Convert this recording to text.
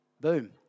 boom